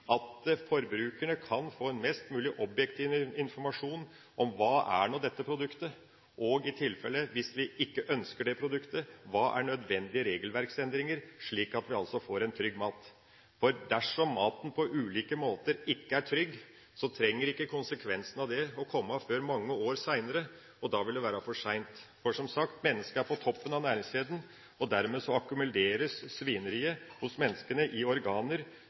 at forbrukerne kan få en mest mulig objektiv informasjon om hva dette produktet er – og hvis vi ikke ønsker dette produktet, hva som er nødvendige regelverksendringer, slik at vi får trygg mat. Dersom maten – på ulike måter – ikke er trygg, trenger ikke konsekvensene av det å komme før mange år senere. Da vil det være for seint. Mennesket er, som sagt, på toppen av næringskjeden, og dermed akkumuleres svineriet i organer hos menneskene. Noen organer